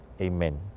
Amen